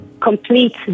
complete